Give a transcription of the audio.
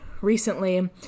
recently